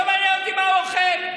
לא מעניין אותי מה הוא אוכל.